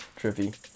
Trippy